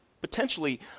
potentially